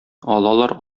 алалар